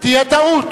תהיה טעות.